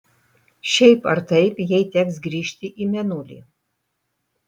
šiaip ar taip jai teks grįžti į mėnulį